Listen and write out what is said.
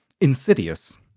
insidious